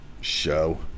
show